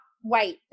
white